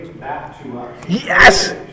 Yes